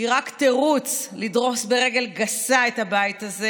היא רק תירוץ לדרוס ברגל גסה את הבית הזה